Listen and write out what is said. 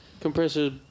Compressor